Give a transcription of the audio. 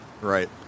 Right